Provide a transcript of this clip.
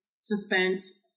suspense